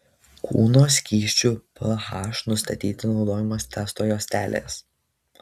kūno skysčių ph nustatyti naudojamos testo juostelės